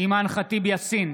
אימאן ח'טיב יאסין,